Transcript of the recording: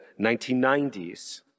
1990s